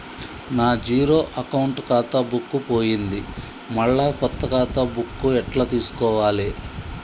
నా zero account ఖాతా book పోయింది మళ్ళా కొత్త ఖాతా బుక్కు ఎట్ల తీసుకోవాలే?